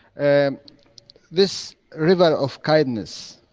and this river of kindness.